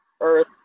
earth